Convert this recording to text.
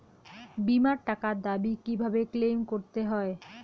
বিমার টাকার দাবি কিভাবে ক্লেইম করতে হয়?